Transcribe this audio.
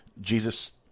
Jesus